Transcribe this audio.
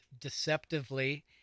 deceptively